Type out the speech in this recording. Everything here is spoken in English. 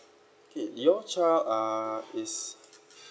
K your child uh is